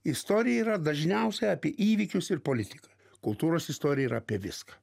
istorija yra dažniausia apie įvykius ir politiką kultūros istorija yra apie viską